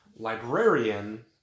librarian